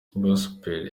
gospel